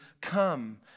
come